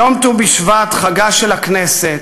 יום ט"ו בשבט, חגה של הכנסת,